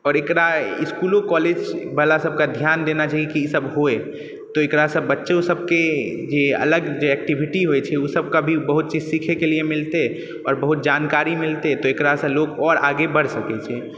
आओर एकरा इसकुलो कॉलेजवला सबके ध्यान देना चाही की इसब होइ तऽ एकरा सब बच्चो सबके जे अलग जे ऐक्टिविटी होइ छै उ सबके भी बहुत चीज सीखैके लिए मिलतै आओर बहुत जानकारी मिलतै ओकरासँ लोक आओर आगे बढ़ि सकै छै